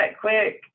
quick